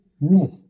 myth